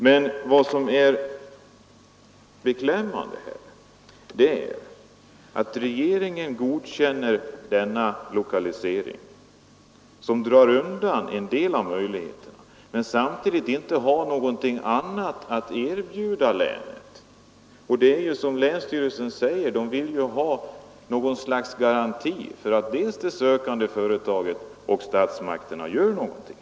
Men vad som är beklämmande är att regeringen godkänner företagets lokalisering som drar undan en del av möjligheterna utan att ha någonting annat att erbjuda länet i stället. Länsstyrelsen vill ju ha något slags garanti för att dels det sökande företaget, dels statsmakterna gör någonting.